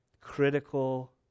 critical